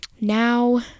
Now